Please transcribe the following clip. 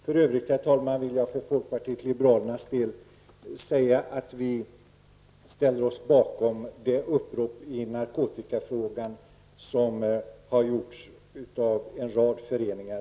För övrigt, herr talman, vill jag för folkpartiet liberalernas del säga att vi ställer oss bakom det upprop i narkotikafrågan som har gjorts av en rad föreningar.